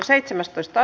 asia